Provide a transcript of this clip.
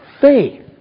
faith